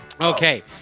Okay